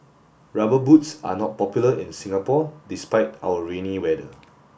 rubber boots are not popular in Singapore despite our rainy weather